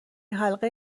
حلقه